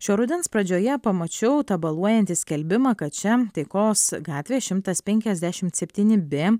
šio rudens pradžioje pamačiau tabaluojantį skelbimą kad čia taikos gatvė šimtas penkiasdešimt septyni b